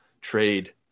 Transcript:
trade